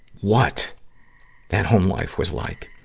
what that home life was like.